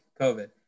COVID